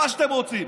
מה שאתם רוצים,